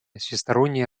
всестороннее